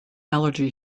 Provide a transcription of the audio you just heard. allergy